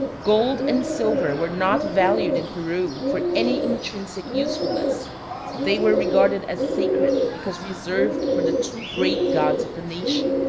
gold and silver were not valued in peru for any intrinsic usefulness they were regarded as sacred because reserved for the two great gods of the nation.